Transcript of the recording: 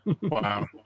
Wow